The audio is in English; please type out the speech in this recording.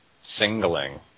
Singling